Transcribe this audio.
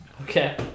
Okay